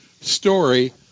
story